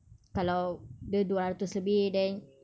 kalau dia dua ratus lebih then